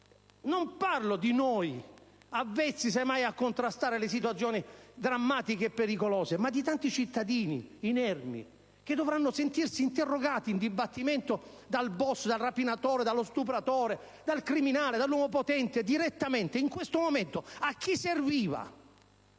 Non parlo di noi, avvezzi semmai a contrastare le situazioni drammatiche e pericolose, ma di tanti cittadini inermi che dovranno sentirsi interrogare in dibattimento dal *boss*, dal rapinatore, dallo stupratore, dal criminale, dall'uomo potente, direttamente, in quel momento. A chi serviva?